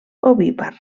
ovípar